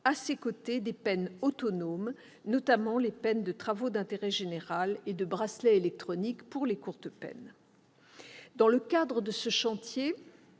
à son côté des peines autonomes, notamment les peines de travaux d'intérêt général et le bracelet électronique pour les courtes peines. Dans le cadre de ce chantier